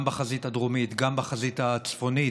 גם בחזית הדרומית וגם בחזית הצפונית,